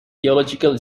theological